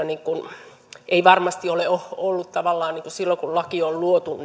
niin ei varmasti ole ole ollut tarkoitus silloin kun laki on luotu